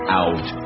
out